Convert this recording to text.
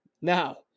Now